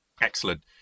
Excellent